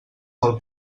pel